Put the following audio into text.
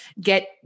get